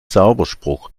zauberspruch